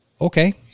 Okay